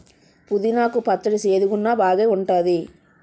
పుదీనా కు పచ్చడి సేదుగున్నా బాగేఉంటాది